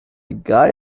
guy